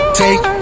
take